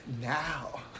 Now